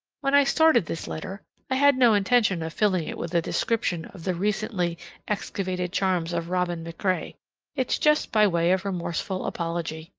when i started this letter, i had no intention of filling it with a description of the recently excavated charms of robin macrae it's just by way of remorseful apology.